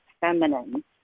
feminine